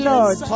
Lord